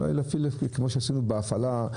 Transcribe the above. כמו שעשינו בהפעלה,